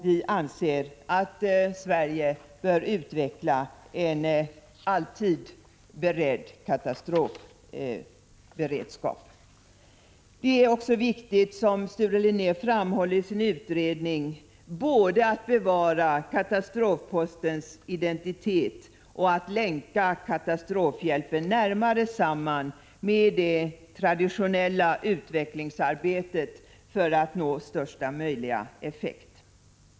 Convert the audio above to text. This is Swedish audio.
Vi anser att Sverige bör utveckla en alltid beredd katastrofberedskap. Det är också viktigt, som Sture Linnér framhåller i sin utredning, både att bevara katastrofbiståndets identitet och att länka katastrofhjälpen närmare samman med det traditionella utvecklingsarbetet, för att nå största möjliga effekt.